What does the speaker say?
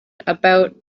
about